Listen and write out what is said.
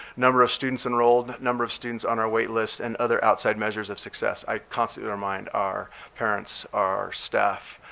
number of students enrolled, number of students on our wait list, and other outside measures of success. i constantly remind our parents, our staff,